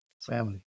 Family